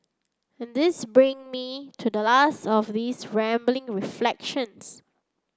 and this bring me to the last of these rambling reflections